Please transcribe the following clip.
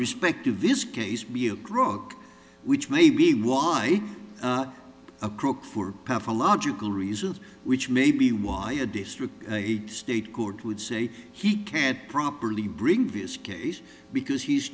respect of this case be a drug which may be why a crook for pathological reasons which may be why a district in a state court would say he can't properly bring vias case because he's